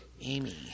Amy